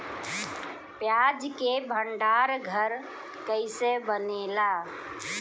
प्याज के भंडार घर कईसे बनेला?